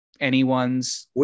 anyone's